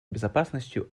безопасностью